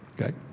Okay